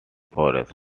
forests